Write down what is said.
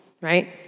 right